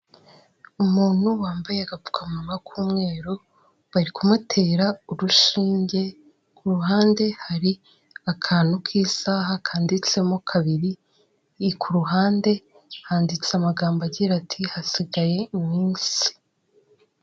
Umuntu wambaye agapfukaman k'umweru bari kumutera urushinge, ku ruhande hari akantu k'isaha kandiditsemo kabiri, ku ruhande handitse amagambo agira ati: "Hasigaye iminsi."